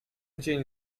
dzień